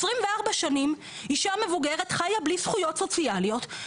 24 שנים אישה מבוגרת חיה בלי זכויות סוציאליות,